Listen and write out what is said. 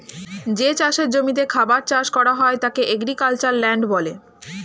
যে চাষের জমিতে খাবার চাষ করা হয় তাকে এগ্রিক্যালচারাল ল্যান্ড বলে